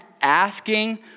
asking